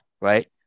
right